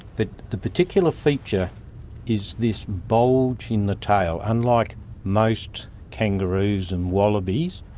the the particular feature is this bulge in the tail. unlike most kangaroos and wallabies,